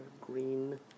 Green